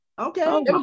Okay